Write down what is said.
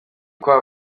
kwa